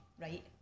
right